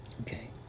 Okay